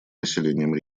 населением